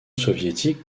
soviétique